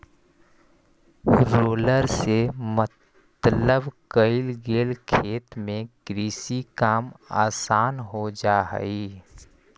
roller से समतल कईल गेल खेत में कृषि काम आसान हो जा हई